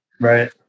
Right